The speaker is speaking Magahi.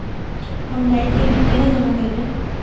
हम लाइट के बिल केना जमा करबे?